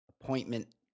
appointment